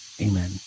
Amen